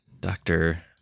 Doctor